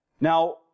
Now